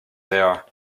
there